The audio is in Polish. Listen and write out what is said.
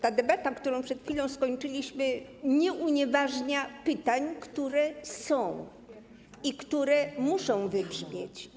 Ta debata, którą przed chwilą skończyliśmy, nie unieważnia pytań, które są i które muszą wybrzmieć.